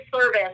service